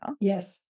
Yes